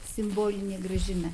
simbolinė gražina